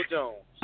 Jones